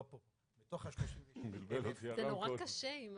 מתוך ה-36,000